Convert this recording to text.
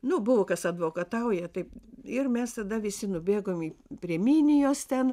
nu buvo kas advokatauja taip ir mes tada visi nubėgom į prie minijos ten